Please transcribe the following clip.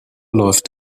läuft